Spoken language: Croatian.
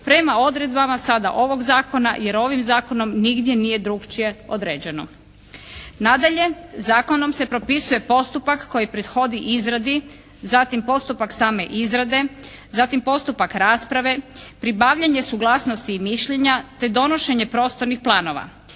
prema odredbama sada ovog zakona jer ovim zakonom nigdje nije drukčije određeno. Nadalje, zakonom se propisuje postupak koji prethodi izradi zatim postupak same izrade, zatim postupak rasprave, pribavljanje suglasnosti i mišljenja, te donošenje prostornih planova.